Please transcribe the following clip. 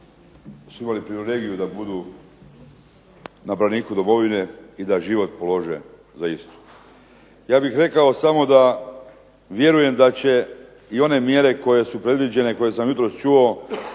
su imali privilegiju da budu na braniku domovine i da život polože za istu. Ja bih rekao samo da vjerujem da će i one mjere koje su predviđene, koje sam jutros čuo